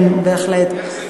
כן, בהחלט.